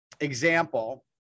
example